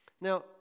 Now